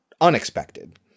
unexpected